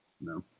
No